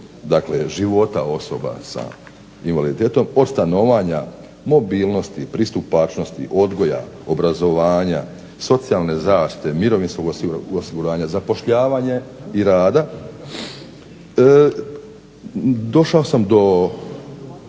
dakle života osoba sa invaliditetom od stanovanja, mobilnosti, pristupačnosti, odgoja, obrazovanja, socijalne zaštite, mirovinskog osiguranja, zapošljavanja i rada došao sam do